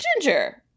Ginger